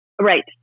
right